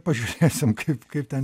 pažiūrėsim kaip kaip ten